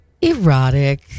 erotic